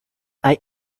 eye